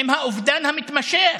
עם האובדן המתמשך,